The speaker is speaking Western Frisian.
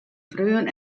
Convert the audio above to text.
freon